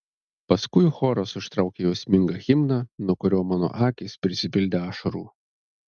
paskui choras užtraukė jausmingą himną nuo kurio mano akys prisipildė ašarų